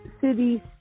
city